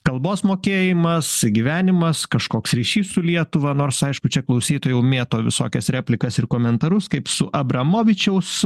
kalbos mokėjimas gyvenimas kažkoks ryšys su lietuva nors aišku čia klausytojai jau mėto visokias replikas ir komentarus kaip su abramovičiaus